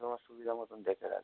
তোমার সুবিধা মতন দেখে রাখবে